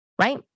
right